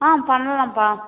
ஆ பண்ணலாம்ப்பா